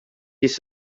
its